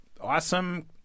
awesome